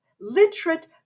literate